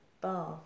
bath